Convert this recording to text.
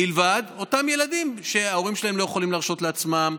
מלבד אותם ילדים שההורים שלהם לא יכולים להרשות לעצמם,